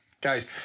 Guys